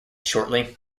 shortly